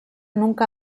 nunca